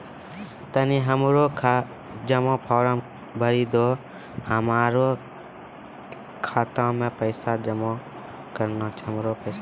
तनी हमरो जमा फारम भरी दहो, हमरा खाता मे पैसा जमा करना छै